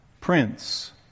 Prince